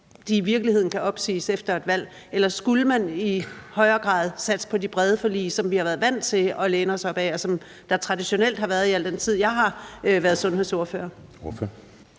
de i virkeligheden kan opsiges efter et valg, eller skulle man i højere grad satse på de brede forlig, som vi har været vant til at læne os op ad, og som der traditionelt har været i al den tid, jeg har været sundhedsordfører?